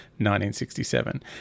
1967